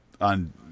On